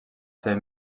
ser